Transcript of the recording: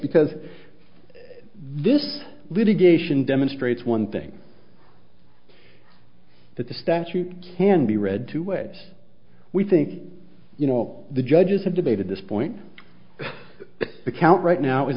because this litigation demonstrates one thing that the statute can be read to which we think you know all the judges have debated this point the count right now is